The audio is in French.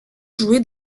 joué